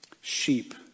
sheep